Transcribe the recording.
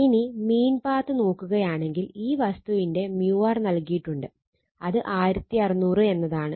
ഇനി mean path നോക്കുകയാണെങ്കിൽ ഈ വസ്തുവിന്റെ µr നൽകിയിട്ടുള്ളത് 1600 എന്നതാണ്